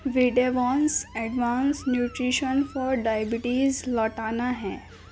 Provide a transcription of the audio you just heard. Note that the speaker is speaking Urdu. Vidavance advance nutrition for diabetes لوٹانا ہے